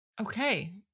Okay